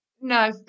No